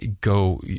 Go